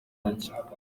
make